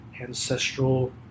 ancestral